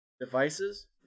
devices